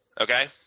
Okay